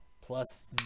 plus